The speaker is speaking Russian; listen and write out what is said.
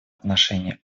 отношении